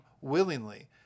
willingly